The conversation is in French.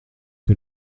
que